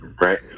Right